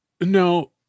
no